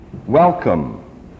Welcome